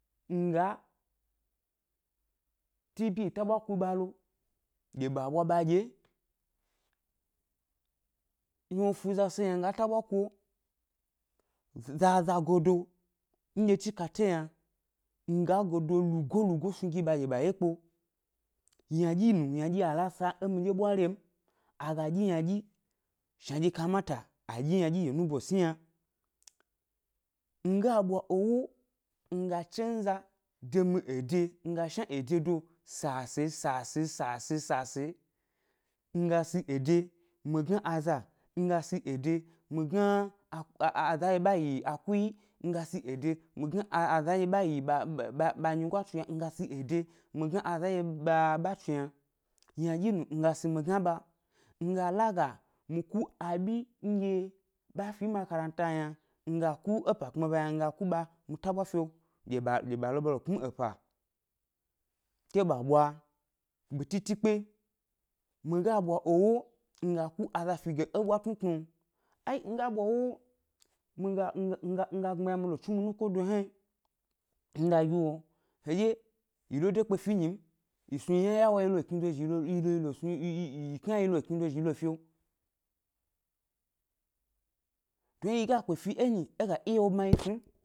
Nga tibi ta 'ɓwa ku ɓa lo gi ɓa ɓwa ɓa ɗye, ynanɗye fu za se yna mi ga tabwa kuo, zaza gado nɗye chi kateo yna, mi ga gado lugo-lugo snu gi ba gi ɓa yekpo, ynaɗyi nu ynaɗyi arasa é miɗye ɓwario m, a ga ɗyi ynaɗyi shnandye kamata aɗyi ynadyi ke nubo è sni yna, nga ɓwa ewo nga cenza de mi ede yimi ga shna ee do sase, sase sase, nga si ede mi gna aza, nga si ede mi gna aaa azaye ɓa yi akuyi, nga si ede mi gna a a aza ye ɓa yi ɓa ɓa ɓa nyigo a tsu yna nga si ede mi gna aza ye ɓa ɓa a tsu yna ynaɗyi nu, mi ga si mi gna ɓa, nga la ga mi m i ku abyi nɗye ɓa fi maranta m yna, mi ga ku é pa kpmi ba m yna mi ga ku mi tabwa fio gi ɓa lo ɓa lo kpmi epa ke ɓa ɓwa betitikpe, mi ga ɓwa ewo mi ga ku aza fi ge é ʻbwa tnutnu lo, ai mi ga ɓwa ewo mi ga nga nga nga gbmiya mi l tsnu mi nukodo hna yi, mi ga yi wo hedye yi lo de kpe fi é nyi m, yi snu yi yna yawo yi lo ekni dozhi yi lo yi ge yi lo yi yi yi lo ekni dozhi yi lo fio, dun yi ga kpefi enyi, é ga iya wo